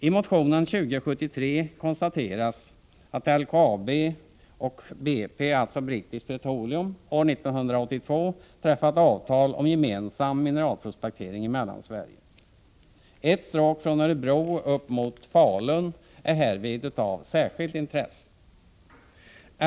I motion 2073 konstateras att LKAB och BP år 1982 träffat avtal om gemensam mineralprospektering i Mellansverige. Ett stråk från Örebro upp mot Falun är härvid av särskilt intresse.